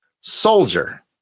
Soldier